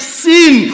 seen